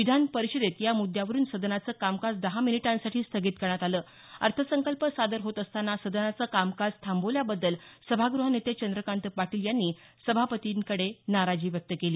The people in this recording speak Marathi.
विधान परिषदेत या मुद्यावरून सदनाचं कामकाज दहा मिनिटांसाठी स्थगित करण्यात आलं अर्थसंकल्प सादर होत असताना सदनाचं कामकाज थांबवल्याबद्दल सभागृहनेते चंद्रकांत पाटील यांनी सभापतींकडे नाराजी व्यक्त केली